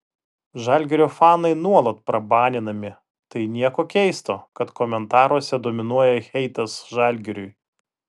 žalgirio fanai nuolat prabaninami tai nieko keisto kad komentaruose dominuoja heitas žalgiriui